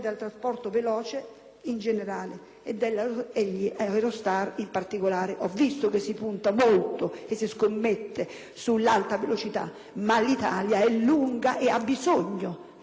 in generale, e dagli Eurostar, in particolare. Ho visto che si punta molto e si scommette sull'Alta velocità, ma l'Italia è lunga e ha bisogno di linee di trasporto.